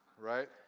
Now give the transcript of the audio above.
Right